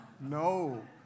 No